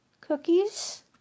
cookies